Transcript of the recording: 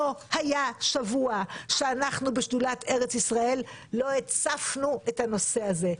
לא היה שבוע שאנחנו בשדולת ארץ ישראל לא הצפנו את הנושא הזה,